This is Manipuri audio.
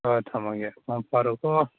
ꯍꯣꯏ ꯊꯝꯂꯒꯦ ꯃꯪ ꯐꯔꯣꯀꯣ